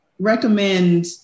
Recommend